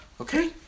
okay